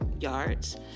yards